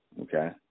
Okay